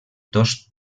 dos